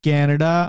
Canada